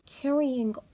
carrying